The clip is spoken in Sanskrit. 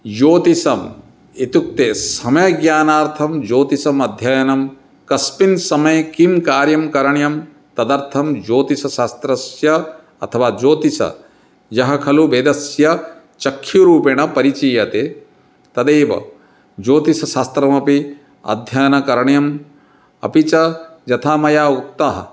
ज्योतिषम् इत्युक्ते समयज्ञानार्थं ज्योतिषमध्ययनं कस्मिन् समये किं कार्यं करणीयं तदर्थं ज्योतिषशास्त्रस्य अथवा ज्योतिषः खलु वेदस्य चक्षूरूपेण परिचीयते तदेव ज्योतिषशास्त्रस्यमपि अध्ययनं करणीयम् अपि च यथा मया उक्तम्